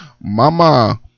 Mama